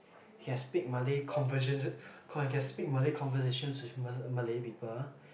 he can speak Malay conversions he can speak conversations with ma~ Malay people